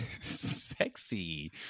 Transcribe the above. sexy